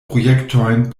projektojn